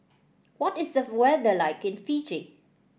what is the weather like in Fiji